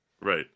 right